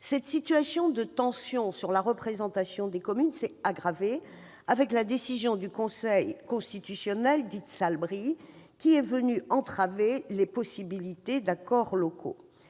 Cette situation de tension à propos de la représentation des communes s'est aggravée avec la décision du Conseil constitutionnel, qui a entravé les possibilités d'accords locaux.